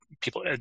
people